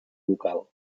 local